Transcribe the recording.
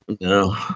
No